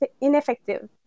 ineffective